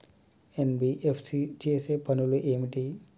NBFC చేసే పనులు ఏమిటి?